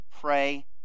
pray